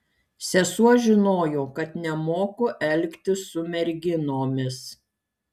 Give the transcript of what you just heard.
sesuo žinojo kad nemoku elgtis su merginomis